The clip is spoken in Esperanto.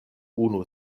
unu